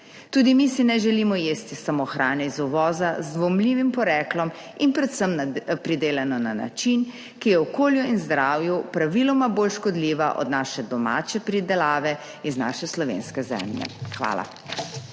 Tudi mi si ne želimo jesti samo hrane iz uvoza z dvomljivim poreklom in predvsem na pridelano na način, ki je okolju in zdravju praviloma bolj škodljiva od naše domače pridelave iz naše slovenske zemlje. Hvala.